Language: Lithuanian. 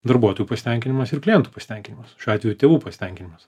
darbuotojų pasitenkinimas ir klientų pasitenkinimas šiuo atveju tėvų pasitenkinimas